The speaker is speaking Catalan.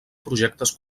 projectes